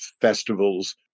festivals